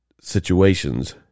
situations